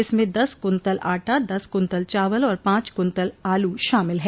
इसमें दस कुन्तल आटा दस कुन्तल चावल और पाँच कुन्तल आलू शामिल है